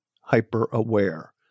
hyper-aware